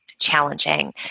challenging